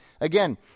again